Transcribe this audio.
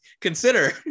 consider